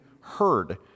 heard